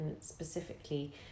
specifically